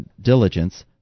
diligence